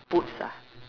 boots ah